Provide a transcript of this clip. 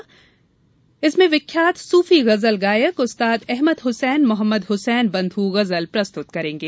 इसमें देश विदेश के विख्यात सुफी गजल गायक उस्ताद अहमद हुसैन मोहम्मद हुसैन बंधु गजल प्रस्तुत करेंगे